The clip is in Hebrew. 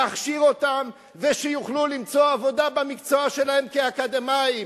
להכשיר אותם שיוכלו למצוא עבודה במקצוע שלהם כאקדמאים,